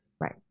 right